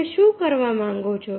તમે શું કરવા માંગો છો